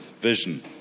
vision